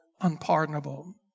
unpardonable